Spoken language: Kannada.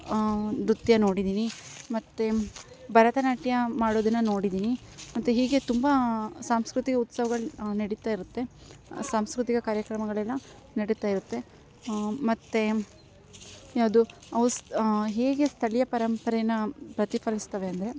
ನೃತ್ಯ ನೋಡಿದ್ದೀನಿ ಮತ್ತು ಭರತನಾಟ್ಯ ಮಾಡೋದನ್ನ ನೋಡಿದ್ದೀನಿ ಮತ್ತು ಹೀಗೆ ತುಂಬ ಸಾಂಸ್ಕೃತಿಕ ಉತ್ಸವಗಳು ನಡೀತಾ ಇರುತ್ತೆ ಸಾಂಸ್ಕೃತಿಕ ಕಾರ್ಯಕ್ರಮಗಳೆಲ್ಲ ನಡೀತಾ ಇರುತ್ತೆ ಮತ್ತೆ ಯಾವುದು ಹೇಗೆ ಸ್ಥಳೀಯ ಪರಂಪರೆನ ಪ್ರತಿಫಲಿಸ್ತವೆ ಅಂದರೆ